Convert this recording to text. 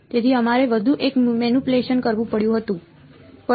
તેથી અમારે વધુ એક મેનીપ્યુલેશન કરવું પડ્યું અને તે હતું